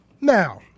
Now